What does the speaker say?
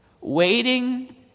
Waiting